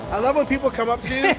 i love when people come up to